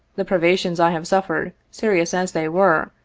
the privations i have suffered, serious as they were,